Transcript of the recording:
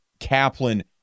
Kaplan